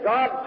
God